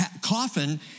coffin